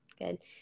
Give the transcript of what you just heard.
good